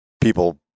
people